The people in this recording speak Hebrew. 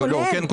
לא, הוא לא כולל.